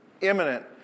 imminent